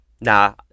Nah